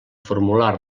formular